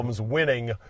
winning